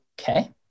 okay